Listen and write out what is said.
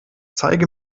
zeige